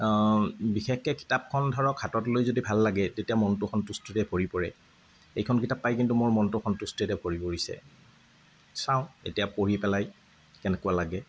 অঁ বিশেষকে কিতাপখন ধৰক হাতত লৈ যদি ভাল লাগে তেতিয়া মনটো সন্তুষ্টিৰে ভৰি পৰে এইখন কিতাপ পাই কিন্তু মোৰ মনটো সন্তুষ্টিৰে ভৰি পৰিছে চাঁও এতিয়া পঢ়ি পেলাই কেনেকুৱা লাগে